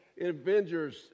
Avengers